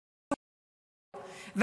שהוא מתאמץ כמה שאפשר, כמה שהוא יכול.